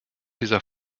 dieser